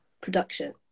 production